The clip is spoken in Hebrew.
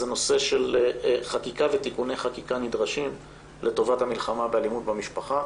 זה נושא של חקיקה ותיקוני חקיקה נדרשים לטובת המלחמה באלימות במשפחה